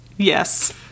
Yes